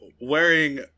wearing